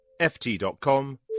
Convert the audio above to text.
ft.com